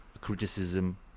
criticism